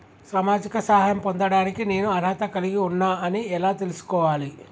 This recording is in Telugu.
సామాజిక సహాయం పొందడానికి నేను అర్హత కలిగి ఉన్న అని ఎలా తెలుసుకోవాలి?